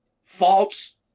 false